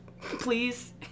please